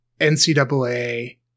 NCAA –